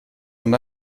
und